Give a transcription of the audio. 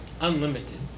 unlimited